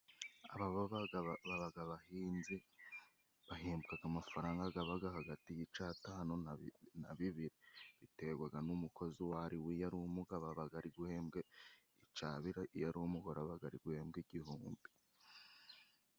Aba babaga babaga abahinzi, bahembwaga amafaranga gabaga hagati y'icatanu na bi na bibiri. Biterwaga n'umukozi uwo ari we ,iyo ari umugabo abaga ari guhembwa icabiri, iyo ari umugore abaga ari guhembwa igihumbi.